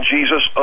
Jesus